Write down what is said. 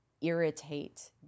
irritate